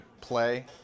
play